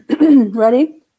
Ready